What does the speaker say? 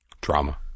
Drama